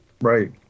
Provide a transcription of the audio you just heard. right